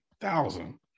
thousand